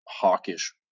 hawkish